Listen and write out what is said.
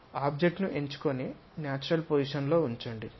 object ను ఎంచుకొని natural position లో ఉంచండి